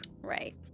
Right